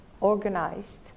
organized